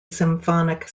symphonic